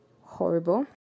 horrible